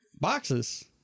boxes